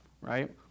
Right